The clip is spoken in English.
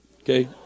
Okay